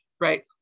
right